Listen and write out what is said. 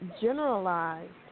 generalized